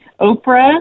Oprah